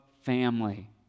family